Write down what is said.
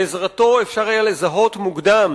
בעזרתו היה אפשר לזהות מוקדם